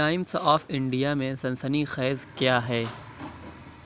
Times of India میں سنسنی خیز کیا ہے